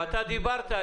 אתה דיברת,